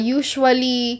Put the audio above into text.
usually